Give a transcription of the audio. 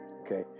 okay